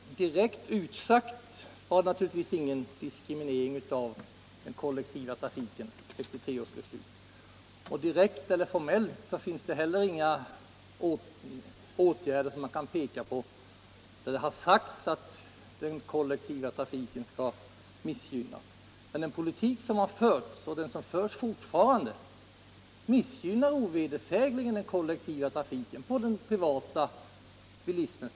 Herr talman! Nej, direkt utsagd var naturligtvis ingen diskriminering Om kommunernas av den kollektiva trafiken i 1963 års trafikpolitiska beslut. Direkt eller — utbyggnadsplaner formellt finns inte heller några beslut som man kan peka på där det — för daghemmen sagts att den kollektiva trafiken skall missgynnas. Men den politik som förts och som fortfarande förs missgynnar ovedersägligen den kollektiva trafiken till förmån för privatbilismen.